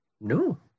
no